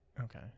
Okay